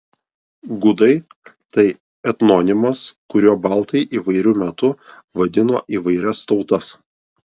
gudai tai etnonimas kuriuo baltai įvairiu metu vadino įvairias tautas